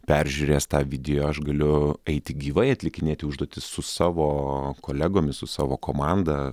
peržiūrėjęs tą video aš galiu eiti gyvai atlikinėti užduotis su savo kolegomis su savo komanda